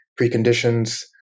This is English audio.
preconditions